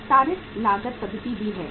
विस्तारित लागत पद्धति भी है